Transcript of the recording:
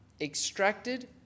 extracted